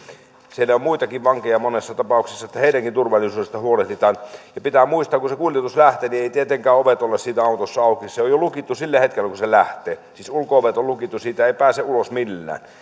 on tietenkin muitakin vankeja monessa tapauksessa että heidänkin turvallisuudestaan huolehditaan pitää muistaa että kun se kuljetus lähtee niin eivät tietenkään ovet ole siinä autossa auki se on jo lukittu sillä hetkellä kun se lähtee siis ulko ovet on lukittu siitä ei pääse ulos millään